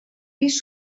pis